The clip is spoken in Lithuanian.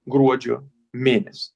gruodžio mėnes